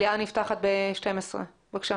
בבקשה.